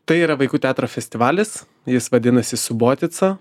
tai yra vaikų teatro festivalis jis vadinasi subotica